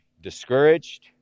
discouraged